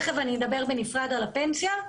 תכף אני אדבר בנפרד על הפנסיה.